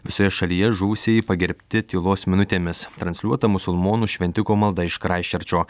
visoje šalyje žuvusieji pagerbti tylos minutėmis transliuota musulmonų šventiko malda iš kraistčerčo